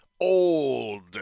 old